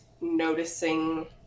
noticing